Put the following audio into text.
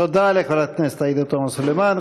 תודה לחברת הכנסת עאידה תומא סלימאן.